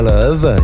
Love